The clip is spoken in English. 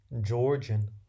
Georgian